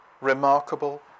remarkable